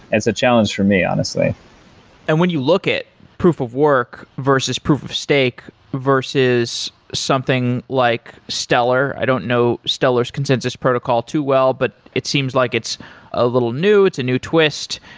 it's a challenge for me honestly and when you look at proof of work versus proof of stake versus something like stellar, i don't know stellar s consensus protocol too well, but it seems like it's a little new, it's a new twist.